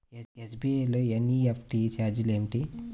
SBI లో NEFT ఛార్జీలు ఏమిటి?